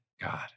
God